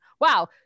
wow